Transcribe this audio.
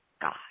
God